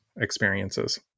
experiences